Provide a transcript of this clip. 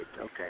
Okay